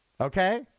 Okay